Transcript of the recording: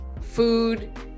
food